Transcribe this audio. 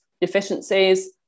deficiencies